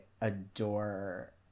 adore